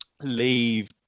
leave